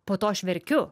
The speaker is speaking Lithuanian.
po to aš verkiu